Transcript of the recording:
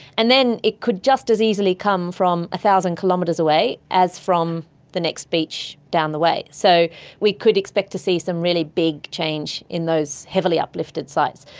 and then it could just as easily come from one thousand kilometres away, as from the next beach down the way. so we could expect to see some really big change in those heavily uplifted sites.